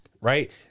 right